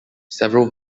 several